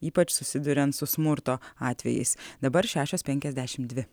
ypač susiduriant su smurto atvejais dabar šešios penkiasdešimt dvi